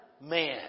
man